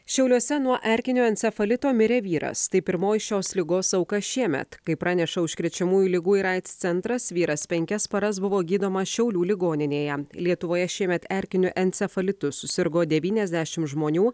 šiauliuose nuo erkinio encefalito mirė vyras tai pirmoji šios ligos auka šiemet kaip praneša užkrečiamųjų ligų ir aids centras vyras penkias paras buvo gydomas šiaulių ligoninėje lietuvoje šiemet erkiniu encefalitu susirgo devyniasdešim žmonių